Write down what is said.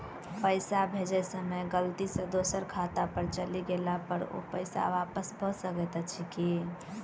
पैसा भेजय समय गलती सँ दोसर खाता पर चलि गेला पर ओ पैसा वापस भऽ सकैत अछि की?